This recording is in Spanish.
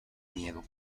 miedo